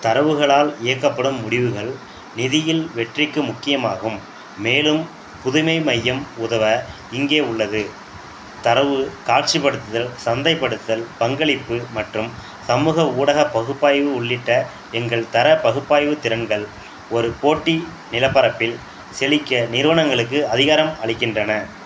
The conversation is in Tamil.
தரவுகளால் இயக்கப்படும் முடிவுகள் நிதியில் வெற்றிக்கு முக்கியமாகும் மேலும் புதுமை மையம் உதவ இங்கே உள்ளது தரவு காட்சிப்படுத்துதல் சந்தைப்படுத்துதல் பங்களிப்பு மற்றும் சமூக ஊடக பகுப்பாய்வு உள்ளிட்ட எங்கள் தரவு பகுப்பாய்வு திறன்கள் ஒரு போட்டி நிலப்பரப்பில் செழிக்க நிறுவனங்களுக்கு அதிகாரம் அளிக்கின்றன